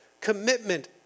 commitment